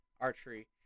archery